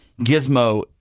Gizmo